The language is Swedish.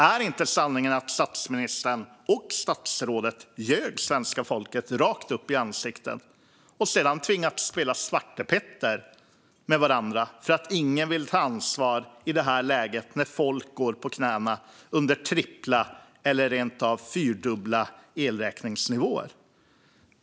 Är inte sanningen att statsministern och statsrådet ljög svenska folket rakt upp i ansiktet och sedan har tvingats spela svartepetter med varandra för att ingen vill ta ansvar i det här läget, när folk går på knäna under trippla eller rent av fyrdubbla elräkningsnivåer?